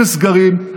אפס סגרים,